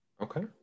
Okay